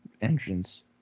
entrance